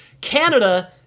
Canada